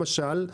למשל,